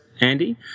Andy